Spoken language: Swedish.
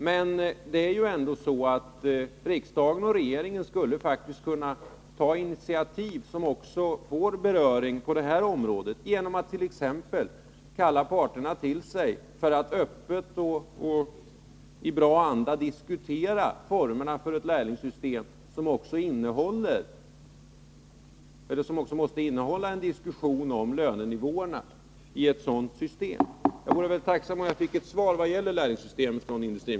Men riksdagen och regeringen skulle faktiskt kunna ta initiativ som också berör detta, t.ex. genom att man kallar till sig parterna för att diskutera formerna för ett lärlingssystem, som självfallet också måste innehålla samtal om lönenivåerna i ett sådant system. Jag vore tacksam om jag fick ett svar från industriministern vad gäller lärlingssystemet.